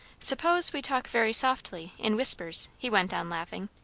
suppose we talk very softly in whispers, he went on, laughing.